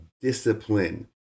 discipline